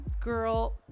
Girl